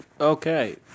Okay